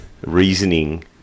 reasoning